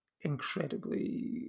incredibly